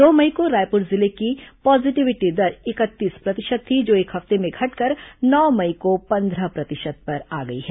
दो मई को रायपुर जिले की पॉजिटिविटी दर इकतीस प्रतिशत थी जो एक हफ्ते में घटकर नौ मई को पंद्रह प्रतिशत पर आ गई है